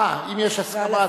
אם יש הסכמה,